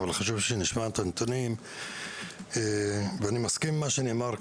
אבל חשוב שנשמע את הנתונים ואני מסכים עם מה שנאמר כאן,